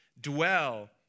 dwell